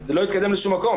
זה לא יתקדם לשום מקום.